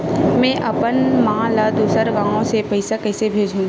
में अपन मा ला दुसर गांव से पईसा कइसे भेजहु?